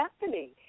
happening